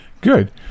Good